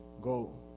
Go